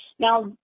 Now